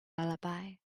lullaby